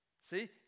See